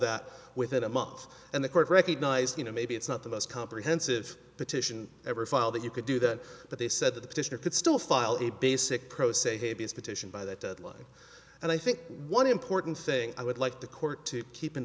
that within a month and the court recognized you know maybe it's not the most comprehensive petition ever file that you could do that but they said that the petitioner could still file a basic pro se be a petition by that deadline and i think one important thing i would like the court to keep in